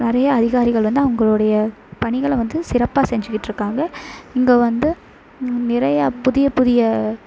நிறையா அதிகாரிகள் வந்து அவுங்களுடைய பணிகளை வந்து சிறப்பாக செஞ்சுகிட்டு இருக்காங்க இங்கே வந்து நிறையா புதிய புதிய